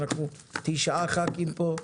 אנחנו תשעה חברי כנסת פה,